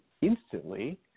instantly